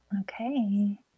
Okay